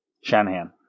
Shanahan